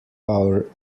power